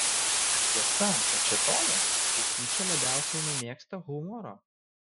ar tiesa kad šėtonas kaip tyčia labiausiai nemėgsta humoro